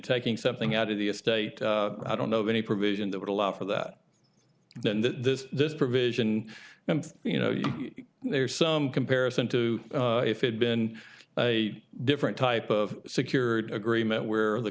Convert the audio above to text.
taking something out of the estate i don't know of any provision that would allow for that then the this provision and you know there's some comparison to if it been a different type of secured agreement where the